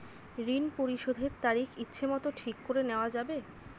ঋণ পরিশোধের তারিখ ইচ্ছামত ঠিক করে নেওয়া যাবে?